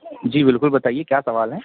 جی بالکل بتائیے کیا سوال ہے